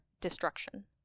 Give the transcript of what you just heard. destruction